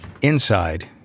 Inside